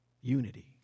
Unity